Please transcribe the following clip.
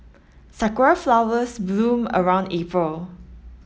sakura flowers bloom around April